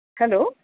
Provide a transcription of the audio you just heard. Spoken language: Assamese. হেল্ল'